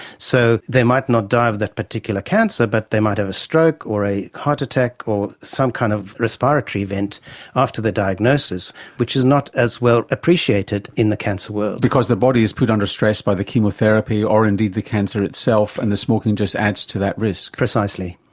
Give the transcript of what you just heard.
so they might not die of that particular cancer but they might have a stroke or heart attack or some kind of respiratory event after their diagnosis which is not as well appreciated in the cancer world. because the body is put under stress by the chemotherapy or indeed the cancer itself and the smoking just adds to that risk. precisely.